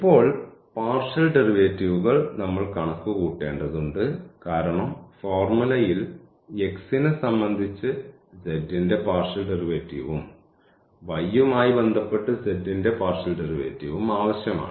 ഇപ്പോൾ പാർഷ്യൽ ഡെറിവേറ്റീവ്കൾ നമ്മൾ കണക്കുകൂട്ടേണ്ടതുണ്ട് കാരണം ഫോർമുലയിൽ x നെ സംബന്ധിച്ച് z ന്റെ പാർഷ്യൽ ഡെറിവേറ്റീവും y യുമായി ബന്ധപ്പെട്ട് z ന്റെ പാർഷ്യൽ ഡെറിവേറ്റീവും ആവശ്യമാണ്